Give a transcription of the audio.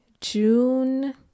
June